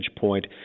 point